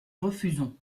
refusons